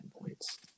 points